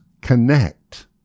connect